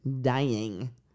dying